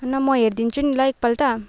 होइन म हेरिदिन्छु नि ल एकपल्ट